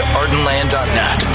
ardenland.net